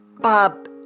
Bob